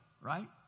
Right